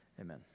Amen